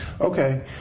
Okay